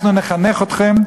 אנחנו נחנך אתכם.